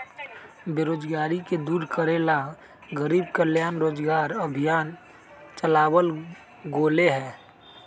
बेरोजगारी के दूर करे ला गरीब कल्याण रोजगार अभियान चलावल गेले है